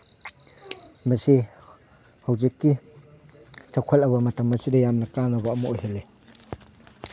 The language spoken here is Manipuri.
ꯃꯁꯤ ꯍꯧꯖꯤꯛꯀꯤ ꯆꯥꯎꯈꯠꯂꯕ ꯃꯇꯝ ꯑꯁꯤꯗ ꯌꯥꯝꯅ ꯀꯥꯟꯅꯕ ꯑꯃ ꯑꯣꯏꯍꯜꯂꯤ